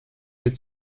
mid